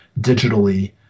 digitally